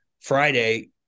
Friday